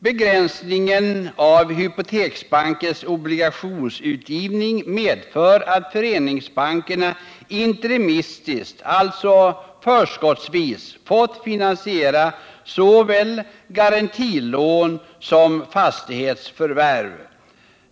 Begränsningen av Hypoteksbankens obligationsutgivning har medfört att föreningsbankerna interimistiskt, förskottsvis, fått finansiera såväl garantilån som fastighetsförvärv.